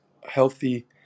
healthy